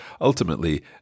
ultimately